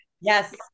Yes